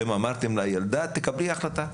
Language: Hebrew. אתם אמרתם לה: ילדה, תקבלי החלטה.